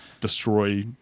destroy